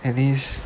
at least